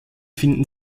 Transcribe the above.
finden